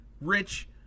Rich